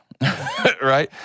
right